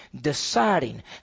deciding